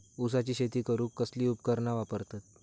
ऊसाची शेती करूक कसली उपकरणा वापरतत?